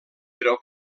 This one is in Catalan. però